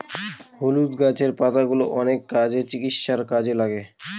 হলুদ গাছের পাতাগুলো অনেক কাজে, চিকিৎসার কাজে লাগে